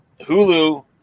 Hulu